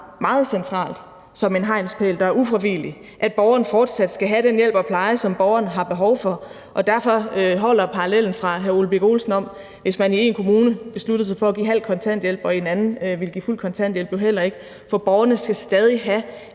meget centralt som en hegnspæl, der er ufravigelig, at borgeren fortsat skal have den hjælp og pleje, som borgeren har behov for, og derfor holder parallellen fra hr. Ole Birk Olesens side om at beslutte sig for i en kommune at give halv kontanthjælp og i en anden beslutte sig for at ville give fuld kontanthjælp, jo heller ikke. For borgerne skal stadig have